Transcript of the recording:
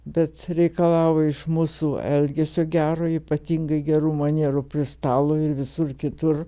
bet reikalavo iš mūsų elgesio gero ypatingai gerų manierų prie stalo ir visur kitur